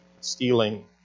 stealing